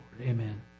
Amen